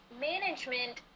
management